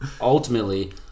ultimately